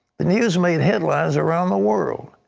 the news made headlines around the world.